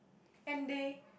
and they